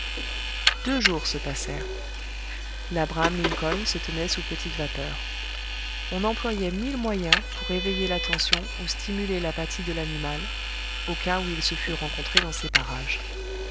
deux jours se passèrent labraham lincoln se tenait sous petite vapeur on employait mille moyens pour éveiller l'attention ou stimuler l'apathie de l'animal au cas où il se fût rencontré dans ces parages